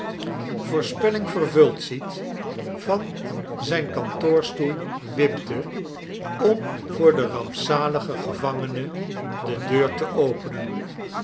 voorspelling vervuld ziet van zijn kantoorstool wipte om voor den rampzaligcn gevangene de deur te openen